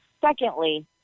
Secondly